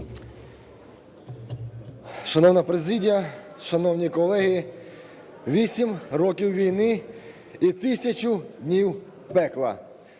Шановна президія, шановні колеги, 8 років війни і 1000 днів пекла,